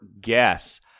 guess